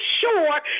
sure